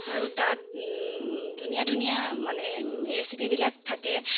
আৰু তাত ধুনীয়া ধুনীয়া মানে ৰেচিপিবিলাক থাকে